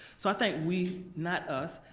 so i think we, not us,